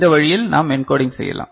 இந்த வழியில் நாம் என்கோடிங் செய்யலாம்